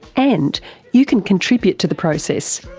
and you can contribute to the process.